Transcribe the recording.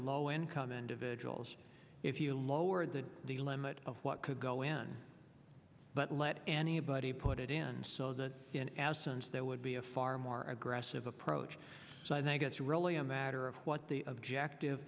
low income individuals if you lowered the the limit of what could go in but let anybody he put it in so that in absence there would be a far more aggressive approach so i guess really a matter of what the objective